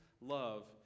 love